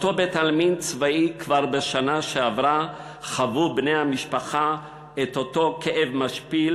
באותו בית-עלמין צבאי כבר בשנה שעברה חוו בני המשפחה את אותו כאב משפיל,